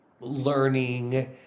learning